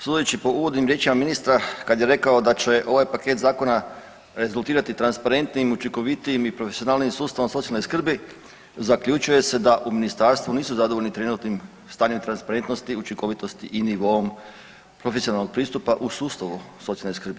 Sudeći po uvodnim riječima ministra kada je rekao da će ovaj paket zakona rezultirati transparentnijim, učinkovitijim i profesionalnijim sustavom socijalne skrbi, zaključuje se da u ministarstvu nisu zadovoljni trenutnim stanjem transparentnosti, učinkovitosti i nivoom profesionalnom pristupa u sustavu socijalne skrbi.